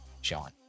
sean